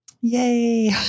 Yay